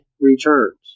returns